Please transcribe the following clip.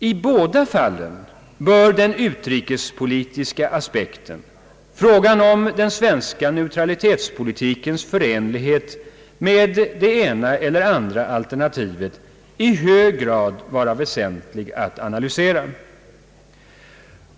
I båda fallen bör den utrikespolitiska aspekten, frågan om den svenska neutralitetspolitikens förenlighet med det ena eller andra alternativet, i hög grad vara väsentligt att analysera.